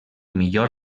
millor